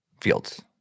Fields